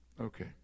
Okay